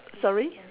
sorry